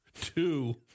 two